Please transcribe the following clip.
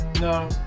no